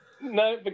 No